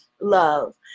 love